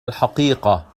الحقيقة